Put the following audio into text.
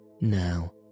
Now